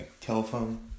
telephone